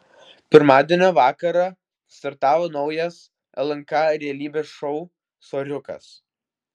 pirmadienio vakarą startavo naujas lnk realybės šou soriukas